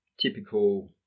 typical